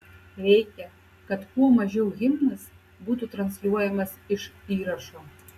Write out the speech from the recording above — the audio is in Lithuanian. reikia kad kuo mažiau himnas būtų transliuojamas iš įrašo